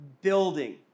building